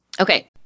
Okay